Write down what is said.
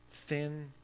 Thin